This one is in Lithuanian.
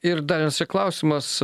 ir dar klausimas